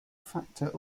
factor